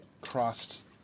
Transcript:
crossed